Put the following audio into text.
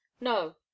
No